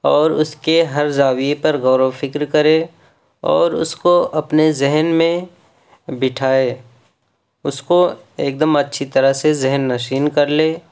اور اس کے ہر زاویے پر غور و فکر کرے اور اس کو اپنے ذہن میں بٹھائے اس کو ایک دم اچھی طرح سے ذہن نشین کر لے